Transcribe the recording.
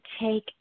take